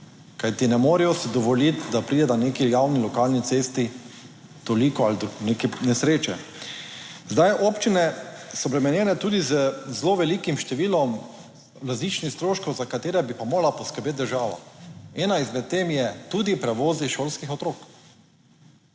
Kajti, ne morejo si dovoliti, da pride na neki javni lokalni cesti toliko ali do neke nesreče. Zdaj, občine so obremenjene tudi z zelo velikim številom različnih stroškov, za katere bi pa morala poskrbeti država. Ena izmed tem je tudi prevozi šolskih otrok.